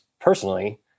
personally